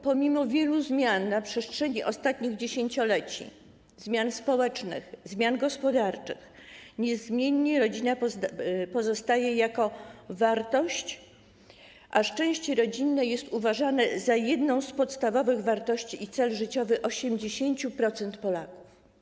Pomimo wielu zmian na przestrzeni ostatnich dziesięcioleci, zmian społecznych, zmian gospodarczych, niezmiennie rodzina pozostaje wartością, a szczęście rodzinne jest uważane za jedną z podstawowych wartości i cel życiowy 80% Polaków.